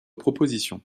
proposition